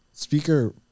Speaker